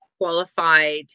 qualified